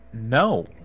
no